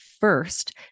first